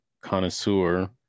connoisseur